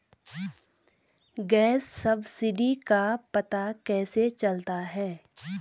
Gas subsidy का पता कैसे चलता है?